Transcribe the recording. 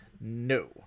No